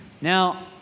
Now